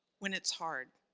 when it's hard.